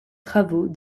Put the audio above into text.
travaux